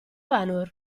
vanur